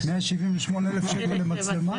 178,000 שקל למצלמה?